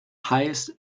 highest